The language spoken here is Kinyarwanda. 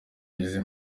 izi